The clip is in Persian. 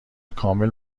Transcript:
کامل